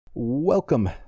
Welcome